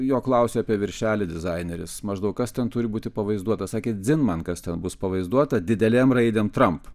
jo klausė apie viršelį dizaineris maždaug kas ten turi būti pavaizduota sakė dzin man kas ten bus pavaizduota didelėm raidėm trump